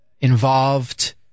involved